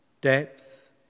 depth